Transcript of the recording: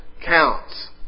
counts